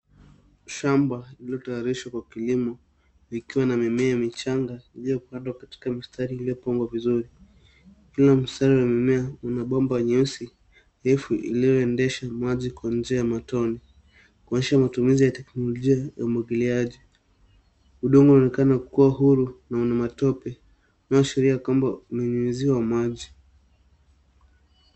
Shamba lililotayarishwa kwa kilimo likiwa na mimea michanga iliyopandwa katika mistari iliyopangwa vizuri. Kila mstari wa mimea una bomba nyeusi refu lililoendesha maji kwa njia ya matone, kuonyesha matumizi ya teknolojia ya umwagiliaji. Udongo unaonekana kuwa huru na una matope, unaashiria kwamba umenyunyiziwa maji.